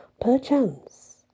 perchance